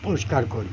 পরিষ্কার করি